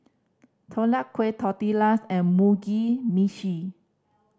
Deodeok Gui Tortillas and Mugi Meshi